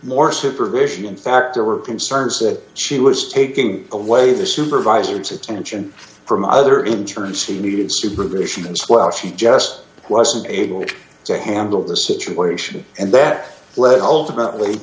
more supervision in fact there were concerns that she was taking away the supervisors attention from other injuries he needed supervisions well she just wasn't able to handle the situation and that led ultimately